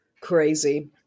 Crazy